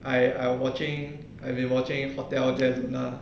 I I watching I've been watching hotel de luna